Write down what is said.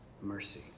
mercy